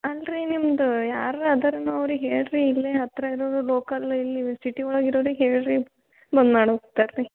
ಅಲ್ಲರಿ ನಿಮ್ದು ಯಾರಾರ ಅದಾರೇನೋ ಅವ್ರಿಗೆ ಹೇಳಿರಿ ಇಲ್ಲೇ ಹತ್ತಿರ ಇರೋರು ಲೋಕಲ್ ಇಲ್ಲ ಸಿಟಿ ಒಳಗೆ ಇರೋರಿಗೆ ಹೇಳಿರಿ ಬಂದು ಮಾಡಿ ಹೋಗ್ತಾರೆ ರೀ